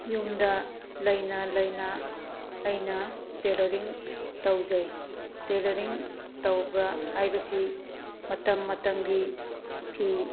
ꯌꯨꯝꯗ ꯂꯩꯅ ꯂꯩꯅ ꯑꯩꯅ ꯇꯦꯂꯔꯤꯡ ꯇꯧꯖꯩ ꯇꯦꯂꯔꯤꯡ ꯇꯧꯕ ꯍꯥꯏꯕꯁꯤ ꯃꯇꯝ ꯃꯇꯝꯒꯤ ꯐꯤ